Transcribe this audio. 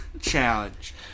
challenge